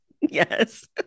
Yes